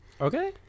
Okay